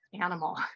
animal